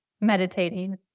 meditating